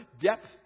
depth